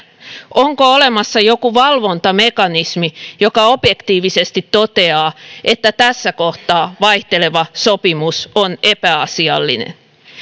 onko olemassa joku valvontamekanismi joka objektiivisesti toteaa että tässä kohtaa vaihteleva sopimus on epäasiallinen